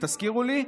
תזכירו לי.